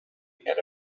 and